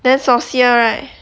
then saucier right